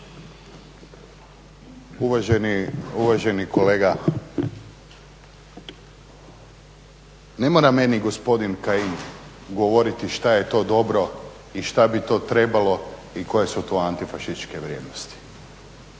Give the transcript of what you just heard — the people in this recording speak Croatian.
Uvaženi kolega, ne mora meni gospodin Kajin govoriti što je to dobro i što bi to trebalo i koje su to antifašističke vrijednosti.